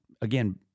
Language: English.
again